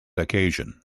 occasion